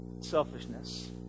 selfishness